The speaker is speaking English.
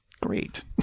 Great